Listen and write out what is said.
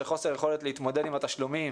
של חוסר יכולת להתמודד עם התשלומים,